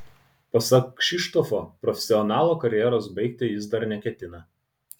pasak kšištofo profesionalo karjeros baigti jis dar neketina